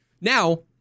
Now